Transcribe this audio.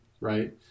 right